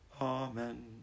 Amen